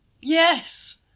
Yes